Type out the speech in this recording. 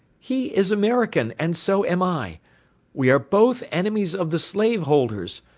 he is american, and so am i we are both enemies of the slave-holders,